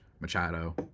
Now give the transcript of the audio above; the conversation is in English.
Machado